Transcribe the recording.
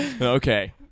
Okay